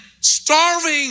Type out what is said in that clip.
starving